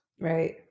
right